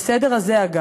בסדר הזה, אגב.